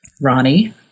Ronnie